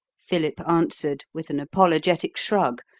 philip answered, with an apologetic shrug,